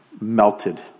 melted